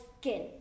skin